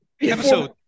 Episode